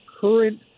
current